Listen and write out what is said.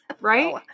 right